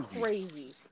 Crazy